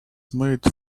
made